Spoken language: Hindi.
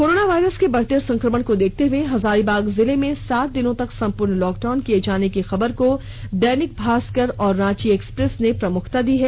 कोरोना वायरस के बढ़ते संकमण को देखते हुए हजारीबाग जिले में सात दिनों तक संपूर्ण लॉकडाउन किये जाने की खबर को दैनिक भास्कर और रांची एक्सप्रेस ने प्रमुखता दी है